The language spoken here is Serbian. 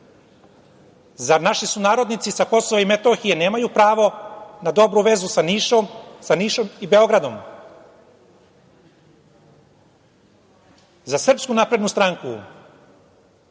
li naši sunarodnici sa KiM nemaju pravo na dobru vezu sa Nišom i Beogradom.Za Srpsku naprednu stranku